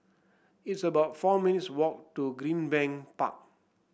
it's about four minutes' walk to Greenbank Park